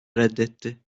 reddetti